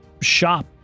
shop